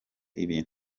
ibintu